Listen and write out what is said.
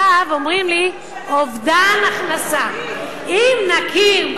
הנה, ראש הממשלה יוצא.